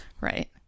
Right